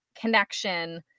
connection